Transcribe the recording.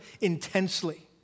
intensely